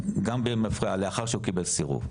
גם במפרעה ולאחר שהוא קיבל סירוב.